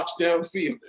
downfield